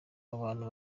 abantu